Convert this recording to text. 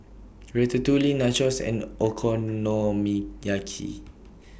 Ratatouille Nachos and Okonomiyaki